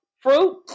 Fruit